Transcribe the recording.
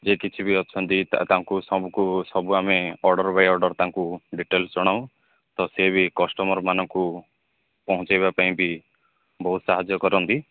ଯିଏ କିଛି ବି ଅଛନ୍ତି ତାଙ୍କୁ ସବୁକୁ ସବୁ ଆମେ ଅର୍ଡର୍ ବାଇ ଅର୍ଡର୍ ତାଙ୍କୁ ଡିଟେଲସ୍ ଜଣାଉ ତ ସେ ବି କଷ୍ଟମର୍ମାନଙ୍କୁ ପହଞ୍ଚେଇବା ପାଇଁ ବି ବହୁତ ସାହାଯ୍ୟ କରନ୍ତି